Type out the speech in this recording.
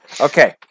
Okay